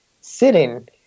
sitting